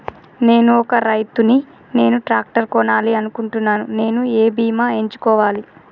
నేను ఒక రైతు ని నేను ట్రాక్టర్ కొనాలి అనుకుంటున్నాను నేను ఏ బీమా ఎంచుకోవాలి?